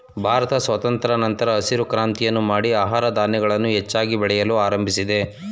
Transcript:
ಭಾರತ ಸ್ವಾತಂತ್ರದ ನಂತರ ಹಸಿರು ಕ್ರಾಂತಿಯನ್ನು ಮಾಡಿ ಆಹಾರ ಧಾನ್ಯಗಳನ್ನು ಹೆಚ್ಚಾಗಿ ಬೆಳೆಯಲು ಆರಂಭಿಸಿದೆ